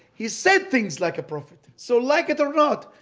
he said things like a prophet. so like it or not,